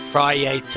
Friday